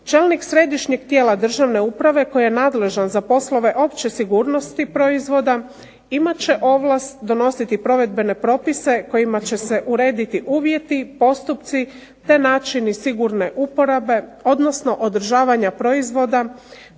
Čelnik središnjeg tijela Državne uprave koji je nadležan za poslove opće sigurnosti proizvoda imat će ovlast donositi provedbene propise kojima će se urediti uvjeti, postupci te načini sigurne uporabe, odnosno održavanja proizvoda